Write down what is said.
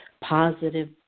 positive